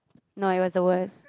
no it was the worst